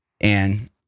And-